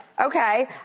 Okay